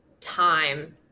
time